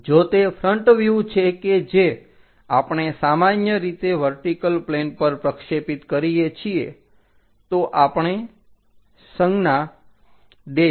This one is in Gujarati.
જો તે ફ્રન્ટ વ્યુહ છે કે જે આપણે સામાન્ય રીતે વર્ટિકલ પ્લેન પર પ્રક્ષેપિત કરીએ છીએ તો આપણે સંજ્ઞા ડેશ